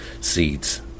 seeds